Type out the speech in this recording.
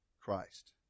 Christ